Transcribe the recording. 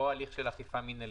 האם הליך של אכיפה מינהלית.